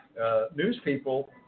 newspeople